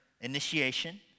initiation